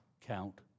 count